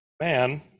man